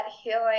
healing